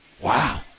wow